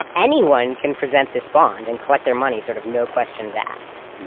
ah anyone can present this bond and collect their money, sort of no questions asked.